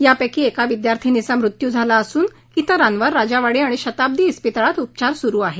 यापैकी एका विद्यार्थीनीचा मृत्यू झाला असून इतरांवर राजावाडी आणि शताब्दी इस्पितळात उपचार सुरु आहेत